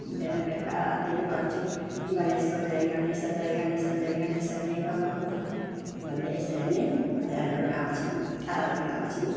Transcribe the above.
बिहान बेलुका आरतीहरू गर्छौँ गणेशको जय गणेश जय गणेश जय गणेश देव भन्दै यसरी नै भजनहरू गाउँछौँ आरती गाउँछौँ